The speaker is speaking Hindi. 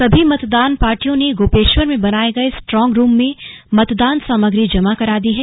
सभी मतदान पार्टियों ने गोपेश्वर में बनाए गए स्ट्रॉन्ग रूम में मतदान सामग्री जमा करा दी है